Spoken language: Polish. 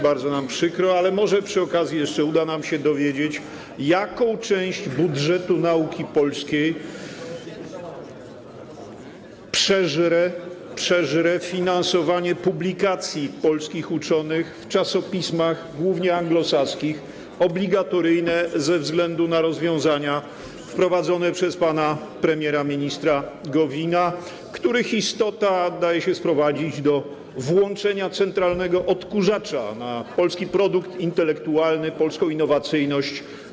Bardzo nam przykro, ale może przy okazji jeszcze uda nam się dowiedzieć, jaką część budżetu nauki polskiej przeżre finansowanie publikacji polskich uczonych w czasopismach głównie anglosaskich, obligatoryjne ze względu na rozwiązania wprowadzone przez pana premiera ministra Gowina, których istota daje się sprowadzić do włączenia centralnego odkurzacza na polski produkt intelektualny, polską innowacyjność.